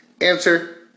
Answer